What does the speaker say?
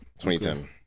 2010